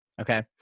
Okay